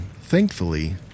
thankfully